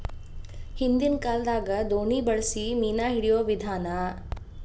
ಹಿಂದಿನ ಕಾಲದಾಗ ದೋಣಿ ಬಳಸಿ ಮೇನಾ ಹಿಡಿಯುವ ವಿಧಾನಾ